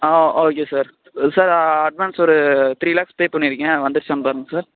ஆ okay sir sir advance ஒரு three lakhs pay பண்ணிருக்கேன் வந்துருச்சான்னு பாருங்கள் சார்